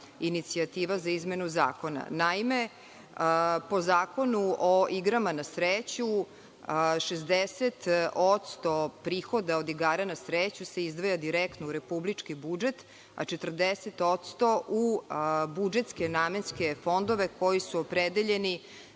inicijativa za izmenu Zakona. Naime, po Zakonu o igrama na sreću, 60% prihoda od igara na sreću se izdvaja direktno u republički budžet, a 40% u budžetske namenske fondove koji su opredeljeni